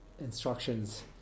instructions